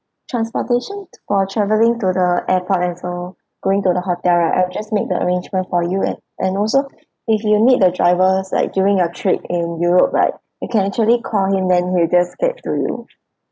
transportation for travelling to the airport and so going to the hotel right I'll just make the arrangement for you and and also if you need the drivers like during your trip in europe right you can actually call him then he'll just get to you